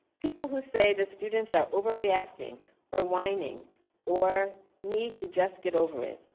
people who say the students are overreacting or whining or need to just get over it.